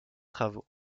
travaux